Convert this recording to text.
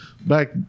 Back